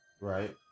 Right